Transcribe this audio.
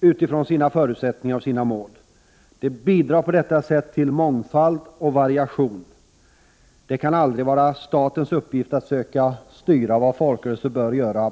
utifrån sina förutsättningar och sina mål. Det bidrar till mångfald och variation. Det kan aldrig vara statens uppgift att söka styra vad folkrörelser bör göra.